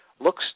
Looks